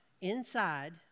inside